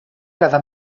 cada